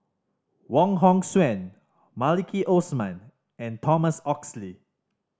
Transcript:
Wong Hong Suen Maliki Osman and Thomas Oxley